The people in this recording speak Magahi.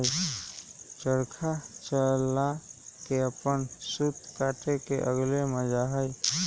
चरखा चला के अपन सूत काटे के अलगे मजा हई